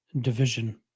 division